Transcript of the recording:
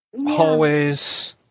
Hallways